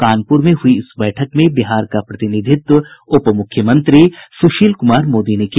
कानप्र में हुई इस बैठक में बिहार का प्रतिनिधित्व उपमुख्यमंत्री सुशील कुमार मोदी ने किया